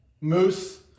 Moose